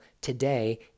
today